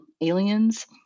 aliens